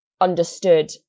understood